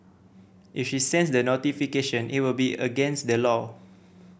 if she sends the notification it would be against the law